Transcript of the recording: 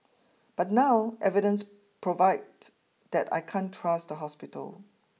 but now evidence provide that I can't trust the hospital